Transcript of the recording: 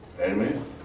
Amen